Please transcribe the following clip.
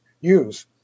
use